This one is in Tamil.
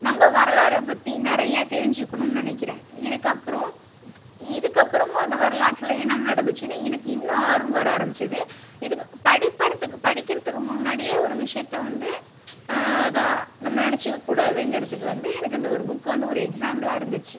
நம்ப வரலாறை பற்றி நிறைய தெரிஞ்சுக்கணுன்னு நினைக்கிறேன் இதுக்கப்புறம் இதுக்கப்புறமும் அந்த வரலாற்றில் என்னென்ன நடந்துச்சினு எனக்கு இன்னும் ஆர்வம் வர ஆரம்பிச்சுது இதுக்கு படிப்பறதுக்கு படிக்கிறதுக்கு முன்னாடியே ஒரு விஷயத்த வந்து அதை நம்ம நினைச்சிக்க கூடாதுங்கிறதுக்கு வந்து எனக்கு இந்த ஒரு புக் வந்து ஒரு எக்ஸாம்புளாக இருந்துச்சு